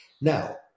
Now